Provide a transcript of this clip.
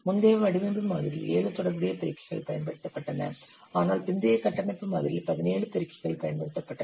முந்தைய வடிவமைப்பு மாதிரியில் 7 தொடர்புடைய பெருக்கிகள் பயன்படுத்தப்பட்டன ஆனால் பிந்தைய கட்டமைப்பு மாதிரியில் 17 பெருக்கிகள் பயன்படுத்தப்படுகின்றன